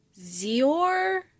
Zior